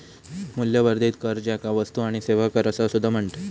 मूल्यवर्धित कर, ज्याका वस्तू आणि सेवा कर असा सुद्धा म्हणतत